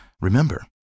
Remember